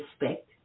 respect